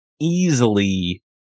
easily